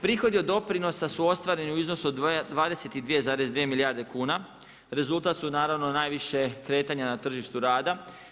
Prihodi od doprinosa su ostvareni u iznosu od 22,2 milijarde kuna, rezultatu su naravno najviše kretanje na tržišnu rada.